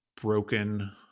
broken